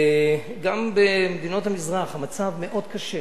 גם במדינות המזרח, המצב מאוד קשה,